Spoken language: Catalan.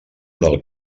del